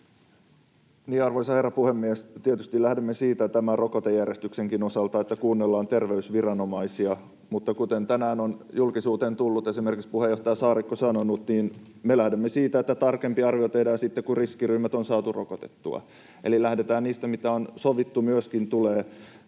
Arvoisa herra puhemies! Tietysti lähdemme tämän rokotejärjestyksenkin osalta siitä, että kuunnellaan terveysviranomaisia. Mutta kuten tänään on julkisuuteen tullut, mitä esimerkiksi puheenjohtaja Saarikko on sanonut, [Leena Meri: Nurminen lupasi!] niin me lähdemme siitä, että tarkempi arvio tehdään sitten, kun riskiryhmät on saatu rokotettua. Eli lähdetään siitä, mitä on sovittu, mitä tulee